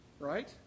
Right